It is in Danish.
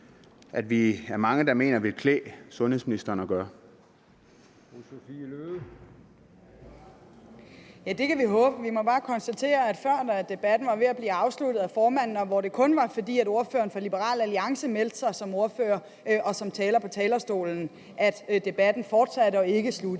Sophie Løhde. Kl. 11:55 Sophie Løhde (V): Ja, det kan vi jo håbe. Vi kan bare konstatere, at debatten før var ved at blive afsluttet af formanden, og det var kun, fordi ordføreren for Liberal Alliance meldte sig som ordfører og som taler på talerstolen, at debatten fortsatte og ikke sluttede.